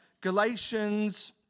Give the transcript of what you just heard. Galatians